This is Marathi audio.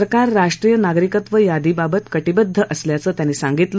सरकार राष्ट्रीय नारिकत्व यांदीबाबत कंशिंद्व असल्याचं त्यांनी सांगितलं